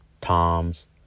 Tom's